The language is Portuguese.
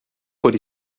por